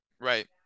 Right